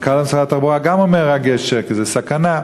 גם מנכ"ל משרד התחבורה אומר: רק גשר, כי זו סכנה.